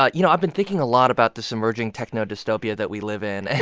but you know, i've been thinking a lot about this emerging techno dystopia that we live in. and